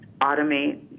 automate